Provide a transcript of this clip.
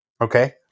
Okay